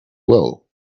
well